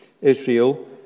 Israel